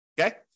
Okay